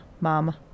Mom